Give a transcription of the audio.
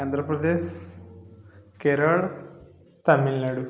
Andhra Pradesh Kerala Tamil Nadu